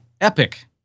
epic